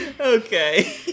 Okay